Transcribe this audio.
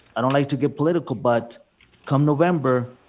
i don't like to get political, but come november,